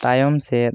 ᱛᱟᱭᱚᱢᱥᱮᱫ